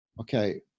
okay